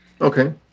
Okay